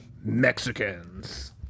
Mexicans